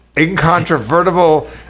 Incontrovertible